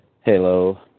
Hello